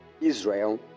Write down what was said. Israel